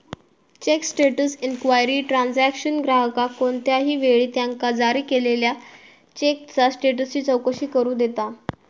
check status inquiry transaction ग्राहकाक कोणत्याही वेळी त्यांका जारी केलेल्यो चेकचा स्टेटसची चौकशी करू देता